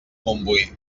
montbui